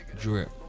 Drip